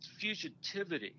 fugitivity